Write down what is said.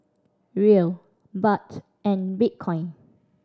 Riel Baht and Bitcoin